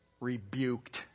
rebuked